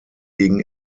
gegen